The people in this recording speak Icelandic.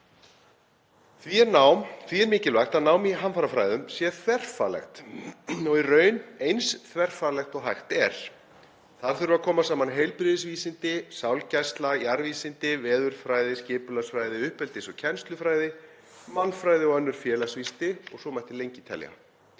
Því er mikilvægt að nám í hamfarafræðum sé þverfaglegt og í raun eins þverfaglegt og hægt er. Þar þurfa að koma saman heilbrigðisvísindi, sálgæsla, jarðvísindi, veðurfræði, skipulagsfræði, uppeldis- og kennslufræði, mannfræði og önnur félagsvísindi og svo mætti lengi telja.